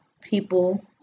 people